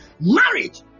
Marriage